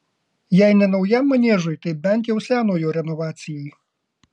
jei ne naujam maniežui tai bent jau senojo renovacijai